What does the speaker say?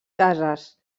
cases